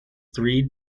three